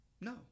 No